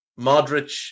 Modric